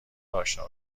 اشنا